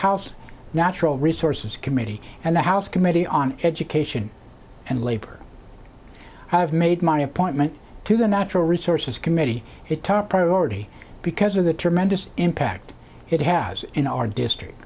house natural resources committee and the house committee on education and labor have made my appointment to the natural resources committee it top priority because of the tremendous impact it has in our district